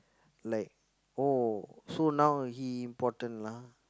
like oh so now he important lah